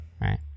right